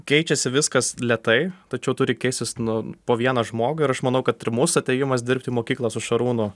keičiasi viskas lėtai tačiau turi keistis nuo po vieną žmogų ir aš manau kad ir mūsų atėjimas dirbti mokyklą su šarūnu